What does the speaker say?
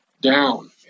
down